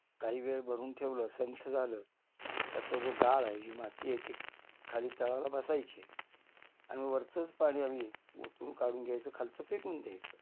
काही वेळ भरून ठेवलं संथ झालं त्यातला जो गाळ आहे जी माती आहे ती खाली तळाला बसायचे आणि वरचंच पाणी आम्ही ओतून काढून घ्यायचं खालचं फेकून द्यायचं